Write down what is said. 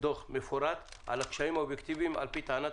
דוח מפורט על הקשיים האובייקטיביים על-פי טענת